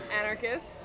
anarchist